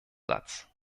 satz